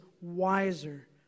wiser